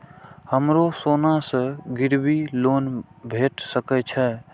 हमरो सोना से गिरबी लोन भेट सके छे?